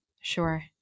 Sure